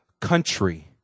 country